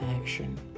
action